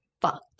fuck